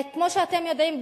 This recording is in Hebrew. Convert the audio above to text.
כפי שאתם יודעים,